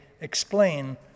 explain